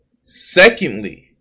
Secondly